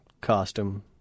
costume